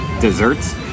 desserts